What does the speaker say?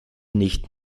nicht